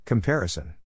Comparison